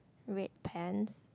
red pants